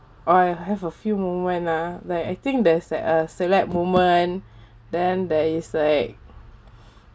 oh I have a few moment lah like I think there's like a select moment then there is like